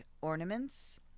ornaments